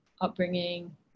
upbringing